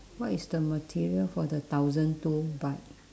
what is the material for the thousand two bike